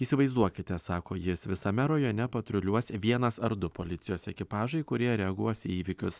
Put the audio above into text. įsivaizduokite sako jis visame rajone patruliuos vienas ar du policijos ekipažai kurie reaguos į įvykius